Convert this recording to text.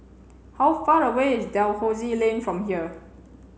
how far away is Dalhousie Lane from here